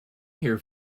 here